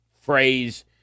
phrase